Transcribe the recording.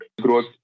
growth